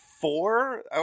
four